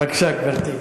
בבקשה, גברתי.